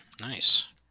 Nice